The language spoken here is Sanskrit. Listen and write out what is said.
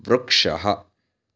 वृक्षः